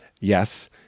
yes